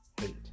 hate